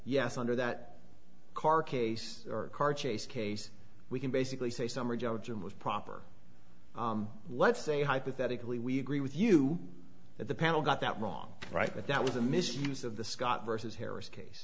yes under that car case or car chase case we can basically say summary judgment was proper let's say hypothetically we agree with you that the panel got that wrong right but that was a misuse of the scott versus harris case